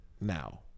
now